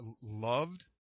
loved